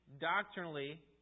doctrinally